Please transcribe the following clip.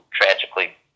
tragically